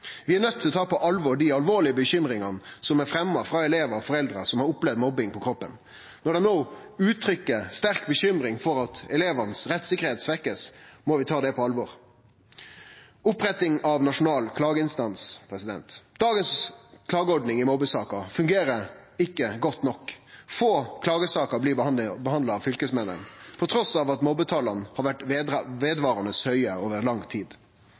Vi er nøydde til å ta på alvor dei alvorlege bekymringane som er fremja av elevar og foreldre som har opplevd mobbing på kroppen. Når dei no uttrykkjer sterk bekymring for at rettssikkerheita til elevane blir svekt, må vi ta det på alvor. Om oppretting av nasjonal klageinstans: Dagens klageordning i mobbesaker fungerer ikkje godt nok. Få klagesaker blir behandla av Fylkesmannen trass i at mobbetala vedvarande over lang tid har vore